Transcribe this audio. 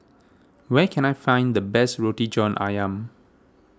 where can I find the best Roti John Ayam